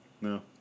no